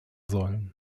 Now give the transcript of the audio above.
säulen